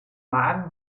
magen